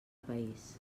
país